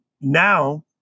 now